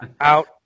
out –